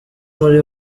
muri